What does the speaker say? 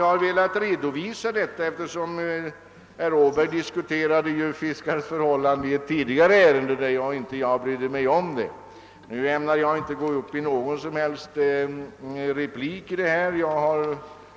Jag har velat redovisa detta, eftersom herr Åberg tog upp fiskarnas förhållanden i ett tidigare ärende som jag inte tog till orda i. Nu ämnar jag inte gå upp i någon replik i detta ärende. Jag hade